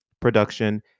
production